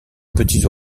petits